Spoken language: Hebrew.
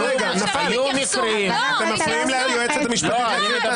אתם מפריעים ליועצת המשפטית.